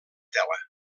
tela